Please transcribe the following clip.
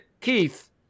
Keith